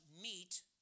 meet